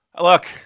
Look